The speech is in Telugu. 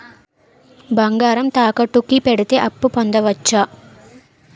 బంగారం తాకట్టు కి పెడితే అప్పు పొందవచ్చ?